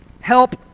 Help